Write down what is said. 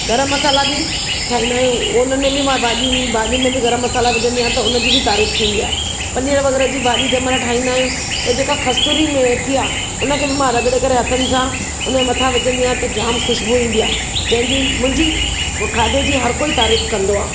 गरमु मसाल्हा बि ठाहींदा आहियूं उनमें बि मां भाॼियूं भाॼियुनि में बि गरमु मसाल्हा विझंदी आहियां त उनजी बि तारीफ़ थींदी आहे पनीर वग़ैरह जी भाॼी जंहिंमहिल ठाहींदा आहियूं त जेका कसूरी मैथी आहे उन खे बि मां रगिड़े करे हथनि सां उनजे मथां विझंदी आहियां त जामु ख़ुशबू ईंदी आ्हे जंहिंजी मुंहिंजी खाधे जी हर कोई तारीफ़ कंदो आहे